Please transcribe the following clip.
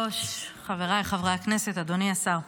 חבריי חברי הכנסת, אדוני השר,